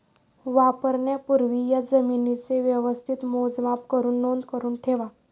वापरण्यापूर्वी या जमीनेचे व्यवस्थित मोजमाप करुन नोंद करुन ठेवा